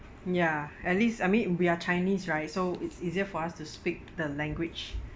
ya at least I mean we are chinese right so it's easier for us to speak the language